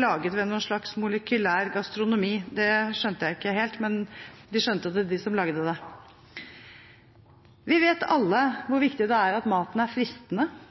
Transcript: laget ved en slags molekylær gastronomi. Det skjønte jeg ikke helt, men de som lagde det, skjønte det. Vi vet alle hvor viktig det er at maten er fristende,